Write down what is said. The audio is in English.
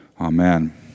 amen